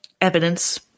evidence